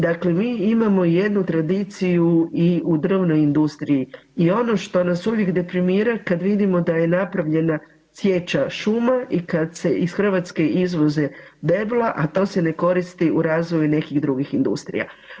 Dakle, mi imamo jednu tradiciju i u drvnoj industriji i ono što nas uvijek deprimira kad vidimo da je napravljena sječa šuma i kad se iz Hrvatske izvoze debla, a to se ne koristi u razvoju nekih drugih industrija.